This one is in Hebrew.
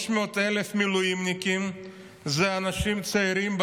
300,000 מילואימניקים אלה אנשים צעירים,